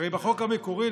הרי בחוק המקורי,